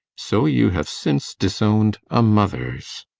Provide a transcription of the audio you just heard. so you have since disowned a mother's.